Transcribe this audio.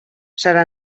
serà